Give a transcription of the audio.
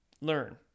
learn